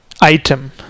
item